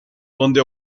donde